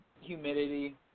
humidity